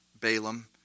Balaam